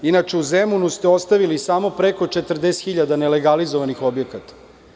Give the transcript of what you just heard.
Inače, u Zemunu ste ostavili samo preko 40 hiljada nelegalizovanih objekata.